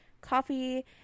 coffee